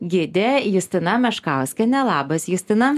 gidė justina meškauskienė labas justina